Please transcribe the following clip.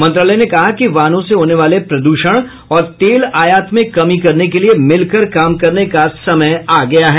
मंत्रालय ने कहा कि वाहनों से होने वाले प्रद्षण और तेल आयात में कमी करने के लिए मिलकर काम करने का समय आ गया है